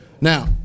Now